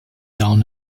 down